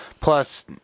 Plus